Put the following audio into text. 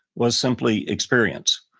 was simply experience.